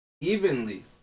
evenly